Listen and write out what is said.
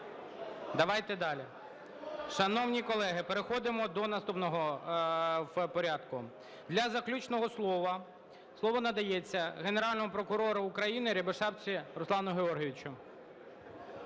давайте далі. Шановні колеги, переходимо до наступного в порядку. Для заключного слова слово надається Генеральному прокурору України Рябошапці Руслану Георгійовичу.